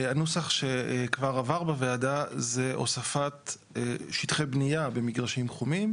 הנוסח שכבר עבר בוועדה זה הוספת שטחי בנייה במגרשים חומים,